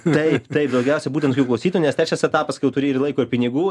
taip taip daugiausia būtent tokių klausytų nes trečias etapas kai jau turi ir laiko ir pinigų